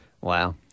Wow